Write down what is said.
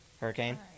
Hurricane